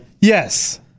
Yes